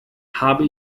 habe